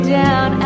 down